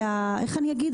ואיך אני אגיד?